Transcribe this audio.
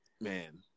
man